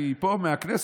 היא פה, מהכנסת?